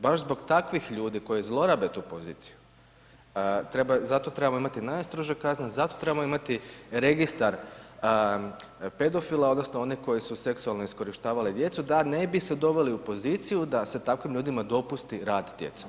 Baš zbog takvih ljudi, koji zlorabe poziciju, zato treba imati najstrože kazne, zato trebamo imati registar pedofila, odnosno, one koji su seksualno iskorištavale djecu, da ne bi se doveli u poziciju da se takvim ljudima dopusti rad s djecom.